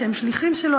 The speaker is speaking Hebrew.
שהם שליחים שלו,